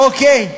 אוקיי?